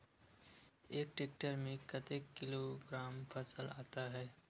एक टेक्टर में कतेक किलोग्राम फसल आता है?